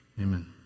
Amen